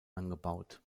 angebaut